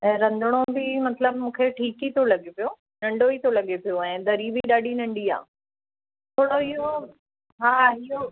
ऐं रंधिणो बि मतिलब मूंखे ठीकु ई तो लॻे पियो नंढो ई तो लॻे पियो ऐं दरी बि ॾाढी नंढी आहे थोरो इहो आहे हा इहो